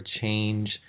change